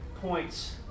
points